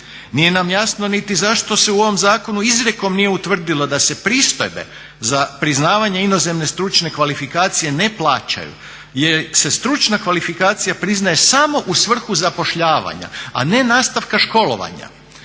Nije nam jasno niti zašto se u ovom zakonu izrijekom nije utvrdilo da se pristojbe za priznavanje inozemne stručne kvalifikacije ne plaćaju jer se stručna kvalifikacija priznaje samo u svrhu zapošljavanja, a ne nastavka školovanja.